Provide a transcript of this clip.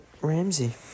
Ramsey